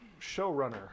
showrunner